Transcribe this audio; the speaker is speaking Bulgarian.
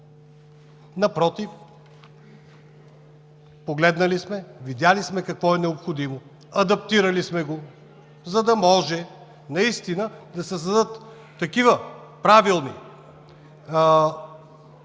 Напротив, погледнали сме, видели сме какво е необходимо, адаптирали сме го, за да може наистина да се създадат правилни указания